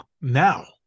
now